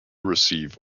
receive